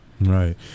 Right